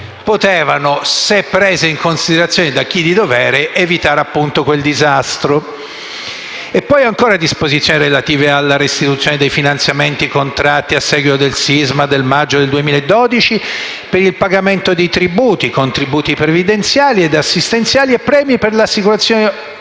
che, se prese in considerazione da chi di dovere, avrebbero potuto evitare il disastro. Ci sono poi le disposizioni relative alla restituzione dei finanziamenti contratti a seguito del sisma del maggio del 2012 per il pagamento di tributi, contributi previdenziali e assistenziali e premi per l'assicurazione obbligatoria.